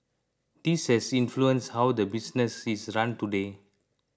this has influenced how the business is run today